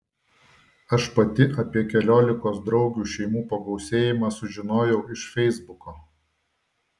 aš pati apie keliolikos draugių šeimų pagausėjimą sužinojau iš feisbuko